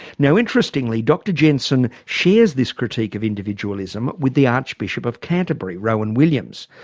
now interestingly dr jensen shares this critique of individualism with the archbishop of canterbury, rowan williams,